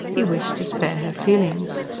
he wished to spare her feelings.